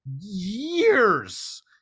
years